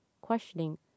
questioning